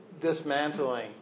dismantling